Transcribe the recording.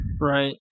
Right